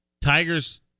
Tigers